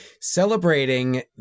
celebrating